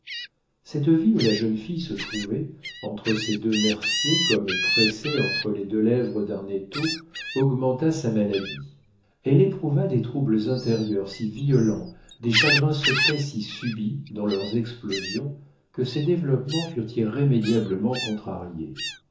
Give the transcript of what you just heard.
cette vie où la jeune fille se trouvait entre ces deux merciers comme pressée entre les deux lèvres d'un étau augmenta sa maladie elle éprouva des troubles intérieurs si violents des chagrins secrets si subits dans leurs explosions que ses développements furent irrémédiablement contrariés